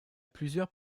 plusieurs